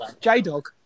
J-Dog